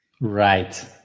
Right